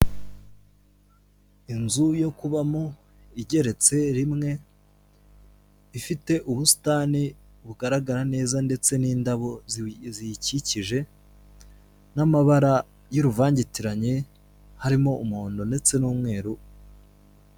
Inzu yo kubamo, igeretse rimwe, ifite ubusitani bugaragara neza ndetse n'indabo ziyikije, n'amabara y'uruvangitiranye, harimo umuhondo ndetse n'umweru.